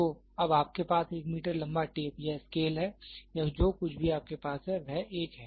तो अब आपके पास 1 मीटर लंबा टेप या स्केल है या जो कुछ भी आपके पास है वह एक है